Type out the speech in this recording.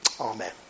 Amen